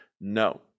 no